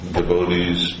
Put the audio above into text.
devotees